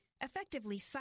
effectively